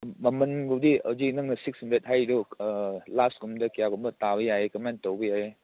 ꯃꯃꯟꯒꯨꯝꯕꯗꯤ ꯍꯧꯖꯤꯛ ꯅꯪꯅ six hundred ꯍꯥꯏꯔꯤꯗꯣ ꯂꯥꯁ ꯀꯨꯝꯕꯗ ꯀꯌꯥꯒꯨꯝꯕ ꯇꯥꯕ ꯌꯥꯏꯌꯦ ꯀꯃꯥꯏ ꯇꯧꯕ ꯌꯥꯏꯌꯦ